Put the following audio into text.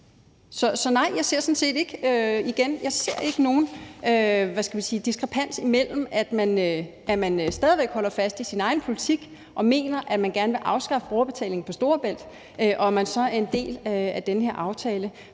sige, at jeg sådan set ikke ser nogen diskrepans imellem, at man stadig væk holder fast i sin egen politik og mener, at man gerne vil afskaffe brugerbetalingen på Storebæltsbroen, og så at man er en del af den her aftale.